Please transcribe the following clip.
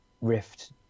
Rift